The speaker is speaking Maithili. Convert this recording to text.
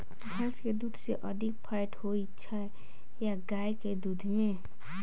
भैंस केँ दुध मे अधिक फैट होइ छैय या गाय केँ दुध में?